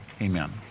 Amen